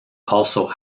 also